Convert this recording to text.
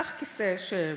קח כיסא, שב.